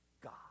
God